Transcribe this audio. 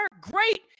great